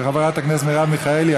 של חברת הכנסת מרב מיכאלי,